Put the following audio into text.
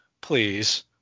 please